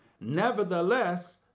nevertheless